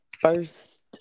first